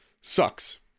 sucks